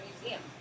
museum